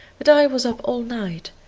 but i was up all night,